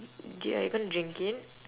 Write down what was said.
uh are you gonna drink it